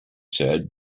said